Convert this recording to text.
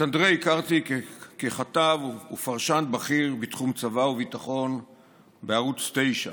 את אנדרי הכרתי ככתב ופרשן בכיר בתחום צבא וביטחון בערוץ 9,